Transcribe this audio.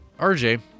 RJ